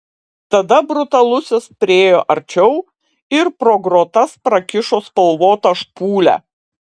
tada brutalusis priėjo arčiau ir pro grotas prakišo spalvotą špūlę